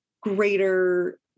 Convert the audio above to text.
greater